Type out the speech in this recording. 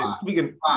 speaking